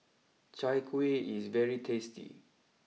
Chai Kuih is very tasty